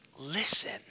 listen